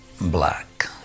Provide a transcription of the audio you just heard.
black